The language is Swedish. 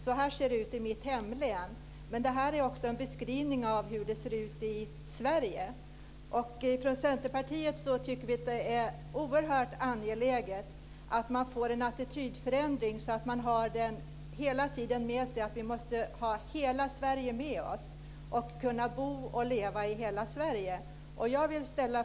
Så här ser det ut i mitt hemlän, men det är också en beskrivning av hur det ser ut i Sverige. Från Centerpartiet tycker vi att det är oerhört angeläget att man får en attitydförändring så att man hela tiden har det här med sig. Vi måste ha hela Sverige med oss.